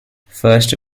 first